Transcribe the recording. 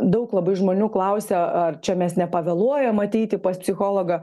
daug labai žmonių klausia ar čia mes nepavėluojam ateiti pas psichologą